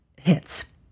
hits